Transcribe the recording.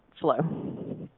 flow